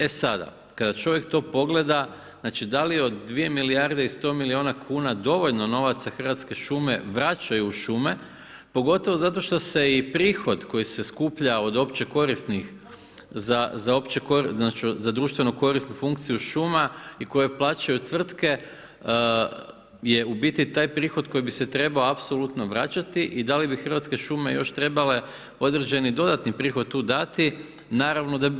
E sada, kada čovjek to pogleda, znači da li od 2 milijarde i 100 milijuna kuna dovoljno novaca Hrvatske šume vraćaju u šume pogotovo zato što se i prihod koji se skuplja od opće korisnih, znači za društveno korisnu funkciju šuma i koje plaćaju tvrtke je u biti taj prihod koji bi se trebao apsolutno vraćati i da li bi Hrvatske šume još trebale određeni dodatni prihod tu dati naravno da bi.